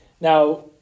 Now